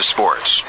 Sports